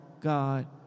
God